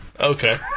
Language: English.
Okay